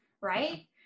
right